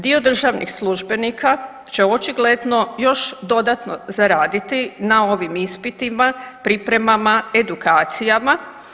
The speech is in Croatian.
Dio državnih službenika će očigledno još dodatno zaraditi na ovim ispitima, pripremama, edukacijama.